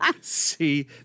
see